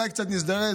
אולי קצת נזדרז,